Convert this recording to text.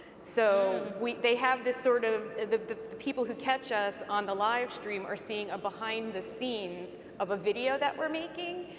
so they have this sort of, the the people who catch us on the livestream are seeing a behind-the-scenes of a video that we're making,